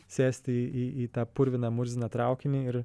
sėsti į į tą purviną murziną traukinį ir